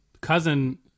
Cousin